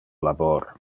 labor